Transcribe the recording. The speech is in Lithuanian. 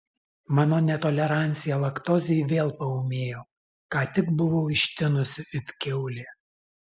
mano netolerancija laktozei vėl paūmėjo ką tik buvau ištinusi it kiaulė